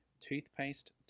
Toothpaste